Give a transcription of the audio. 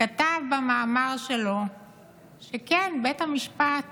כתב במאמר שלו שכן, בית המשפט